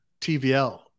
tvl